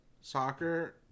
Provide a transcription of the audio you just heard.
Soccer